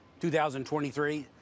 2023